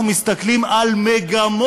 אבל אנחנו מסתכלים על מגמות,